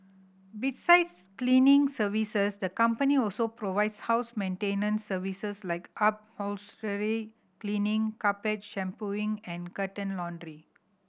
besides cleaning services the company also provides house maintenance services like upholstery cleaning carpet shampooing and curtain laundry